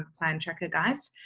plan tracker guys.